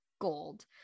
gold